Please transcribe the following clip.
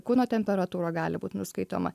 kūno temperatūra gali būt nuskaitoma